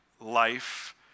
life